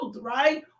right